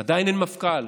עדיין אין מפכ"ל.